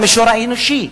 מה עם המישור האנושי?